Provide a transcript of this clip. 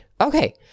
Okay